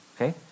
okay